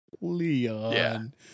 Leon